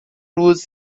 روز